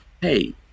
hey